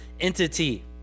entity